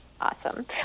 Awesome